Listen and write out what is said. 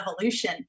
evolution